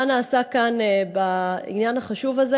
מה נעשה כאן בעניין החשוב הזה,